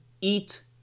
eat